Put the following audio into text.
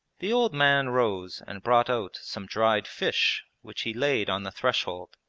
the old man rose and brought out some dried fish which he laid on the threshold,